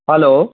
hello